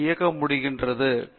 பேராசிரியர் பிரதாப் ஹரிதாஸ் சரி